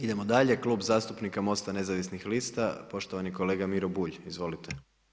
Idemo dalje, Klub zastupnika Mosta nezavisnih lista, poštovani kolega Miro Bulj, izvolite.